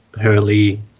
Hurley